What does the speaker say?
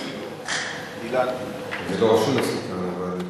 לי יש, זה לא רשום אצלי כאן.